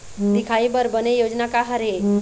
दिखाही बर बने योजना का हर हे?